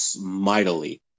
mightily